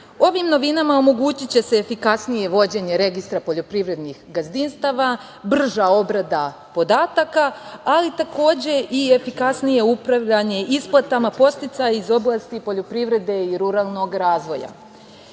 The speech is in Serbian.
novinama omogućiće se efikasnije vođenje registra poljoprivrednih gazdinstava, brža obrada podataka, ali takođe i efikasnije upravljanje isplatama podsticaja iz oblasti poljoprivrede i ruralnog razvoja.